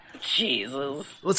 Jesus